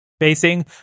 facing